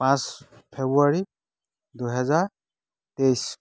পাঁচ ফেব্ৰুৱাৰী দুহেজাৰ তেইছ